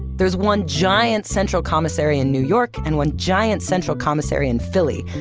there's one giant central commissary in new york, and one giant central commissary in philly,